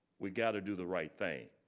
we got to do the right thing.